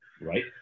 right